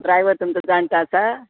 driver तुमचो जाणटो आसा